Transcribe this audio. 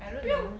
I don't know